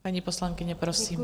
Paní poslankyně, prosím.